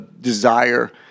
desire